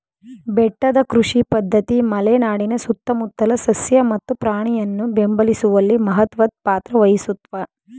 ಬೆಟ್ಟದ ಕೃಷಿ ಪದ್ಧತಿ ಮಲೆನಾಡಿನ ಸುತ್ತಮುತ್ತಲ ಸಸ್ಯ ಮತ್ತು ಪ್ರಾಣಿಯನ್ನು ಬೆಂಬಲಿಸುವಲ್ಲಿ ಮಹತ್ವದ್ ಪಾತ್ರ ವಹಿಸುತ್ವೆ